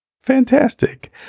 Fantastic